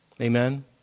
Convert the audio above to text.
Amen